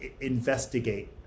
investigate